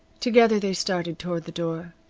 together they started toward the door.